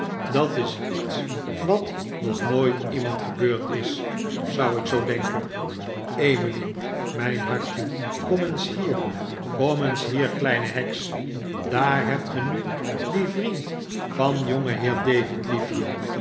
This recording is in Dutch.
dat is iets wat nog nooit iemand gebeurd is zou k zoo denken emily mijn hartje kom eens hier kom eens hier kleine heks daar hebt ge nu dien vriend van jongenheer